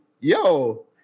yo